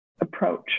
approach